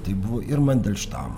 tai buvo ir mandelštamo